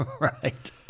Right